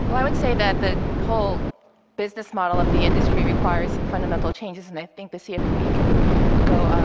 but i would say that the whole business model of the industry requires some fundamental changes, and i think the cfpb can go, um